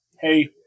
Hey